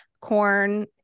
corn